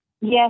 Yes